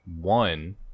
one